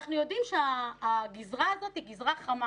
אנחנו יודעים שהגזרה הזאת היא גזרה חמה